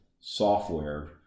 software